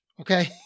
Okay